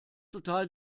total